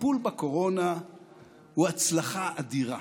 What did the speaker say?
הטיפול בקורונה הוא "הצלחה אדירה"